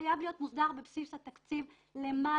שחייבים להיות מוסדרים בבסיס התקציב למד"א,